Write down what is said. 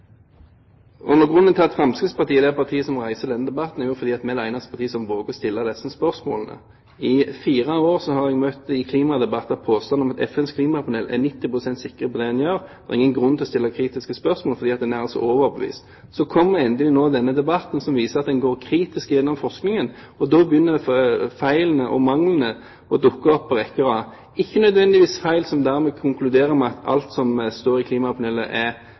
At det er Fremskrittspartiet som reiser denne debatten, er fordi vi er det eneste partiet som våger å stille disse spørsmålene. I fire år har jeg i klimadebatter møtt en påstand om at FNs klimapanel er 90 pst. sikre på det de gjør, at det ikke er noen grunn til å stille kritiske spørsmål, fordi en altså er overbevist. Så kommer nå endelig denne debatten som viser at en går kritisk gjennom forskningen. Da begynner feilene og manglene å dukke opp på rekke og rad – ikke nødvendigvis feil der konklusjonen er at alt som står hos klimapanelet, er